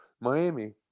Miami